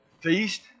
feast